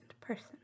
person